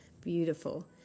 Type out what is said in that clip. beautiful